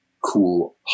cool